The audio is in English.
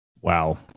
Wow